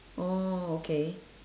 oh okay